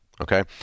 Okay